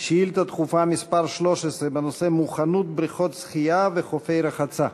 על שאילתה דחופה מס' 13 בנושא: מוכנות בריכות שחייה וחופי רחצה.